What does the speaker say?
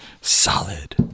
Solid